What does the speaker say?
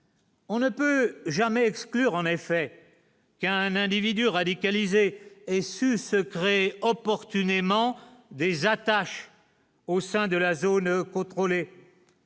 On ne peut jamais exclure en effet qu'un individu radicalisé et su secret opportunément déjà tâche au sein de la zone contrôlée.